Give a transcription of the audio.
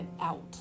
out